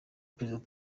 perezida